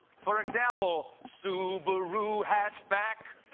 for example subaru hatchback.